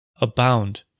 abound